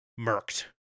murked